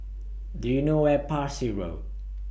Do YOU know Where Parsi Road